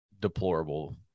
deplorable